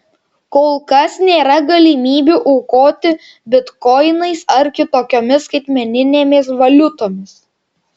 kol kas nėra galimybių aukoti bitkoinais ar kitokiomis skaitmeninėmis valiutomis